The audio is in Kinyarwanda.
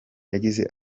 yagize